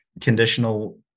conditional